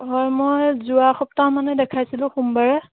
হয় মই যোৱা সপ্তাহ মানে দেখাইছিলোঁ সোমবাৰে